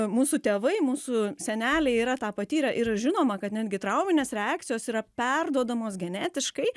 mūsų tėvai mūsų seneliai yra tą patyrę ir žinoma kad netgi trauminės reakcijos yra perduodamos genetiškai